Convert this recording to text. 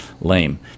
lame